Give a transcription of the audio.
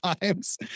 times